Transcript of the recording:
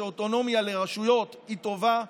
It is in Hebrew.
שאוטונומיה לרשויות היא טובה,